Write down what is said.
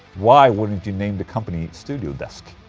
why wouldn't you name the company studio desk?